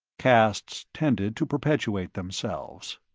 castes tended to perpetuate themselves.